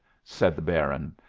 said the baron.